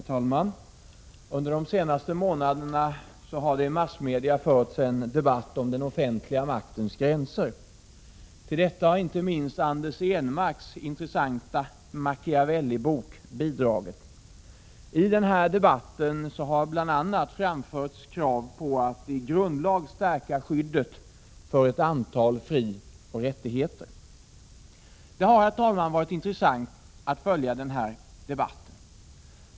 Herr talman! Under de senaste månaderna har det i massmedia förts en debatt om den offentliga maktens gränser. Till detta har inte minst Anders Ehnmarks intressanta Machiavellibok bidragit. I denna debatt har det bl.a. framförts krav på att i grundlag stärka skyddet för ett antal frioch rättigheter. Det har, herr talman, varit intressant att följa denna debatt.